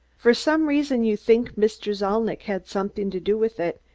for some reason you think mr. zalnitch had something to do with it,